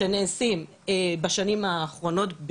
שנעשים בשנים האחרונות.